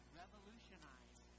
revolutionize